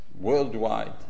worldwide